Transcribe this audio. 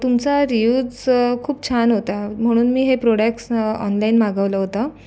तुमचा रियुज खूप छान होता म्हणून मी हे प्रोडॅक्स ऑनलाईन मागवलं होतं